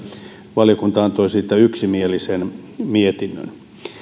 valiokunta antoi siitä yksimielisen mietinnön